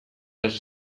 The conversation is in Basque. hasi